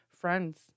friends